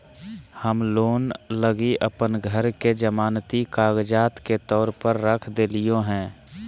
हम लोन लगी अप्पन घर के जमानती कागजात के तौर पर रख देलिओ हें